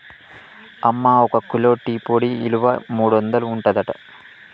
అమ్మ ఒక kilo tea పొడి ఇలువ మూడొందలు ఉంటదట